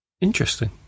interesting